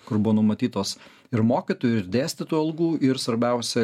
kur buvo numatytos ir mokytojų ir dėstytojų algų ir svarbiausia